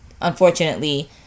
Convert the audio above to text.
unfortunately